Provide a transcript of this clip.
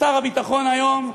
אך שר הביטחון היום,